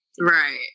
right